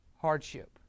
hardship